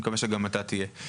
אני מקווה שגם אתה תהיה.